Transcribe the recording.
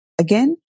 Again